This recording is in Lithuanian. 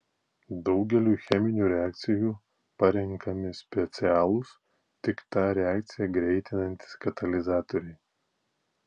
daugeliui cheminių reakcijų parenkami specialūs tik tą reakciją greitinantys katalizatoriai